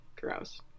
Gross